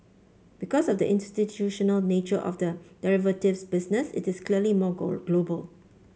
because of the institutional nature of the derivatives business it is clearly more goal global